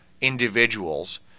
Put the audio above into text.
individuals